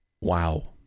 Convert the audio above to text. Wow